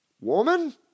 woman